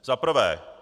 Za prvé.